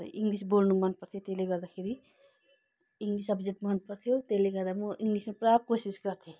अन्त इङ्ग्लिस बोल्नु मनपर्थ्यो त्यसले गर्दाखेरि इङ्ग्लिस सब्जेक्ट मनपर्थ्यो त्यसले गर्दा म इङ्ग्लिसमा पुरा कोसिस गर्थेँ